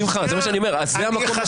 שמחה, זה מה שאני אומר, זה המקום לחשוב.